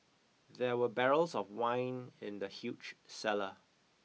there were barrels of wine in the huge cellar